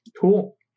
Cool